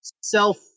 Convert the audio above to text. self